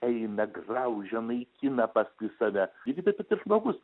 eina graužia naikina paskui save lygiai taip ir tas žmogus